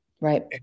Right